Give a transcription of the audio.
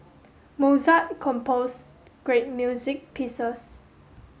Mozart composed great music pieces